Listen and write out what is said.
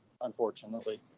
unfortunately